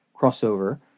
crossover